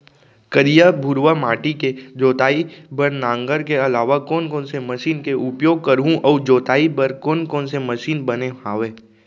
करिया, भुरवा माटी के जोताई बर नांगर के अलावा कोन कोन से मशीन के उपयोग करहुं अऊ जोताई बर कोन कोन से मशीन बने हावे?